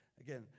Again